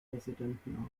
präsidenten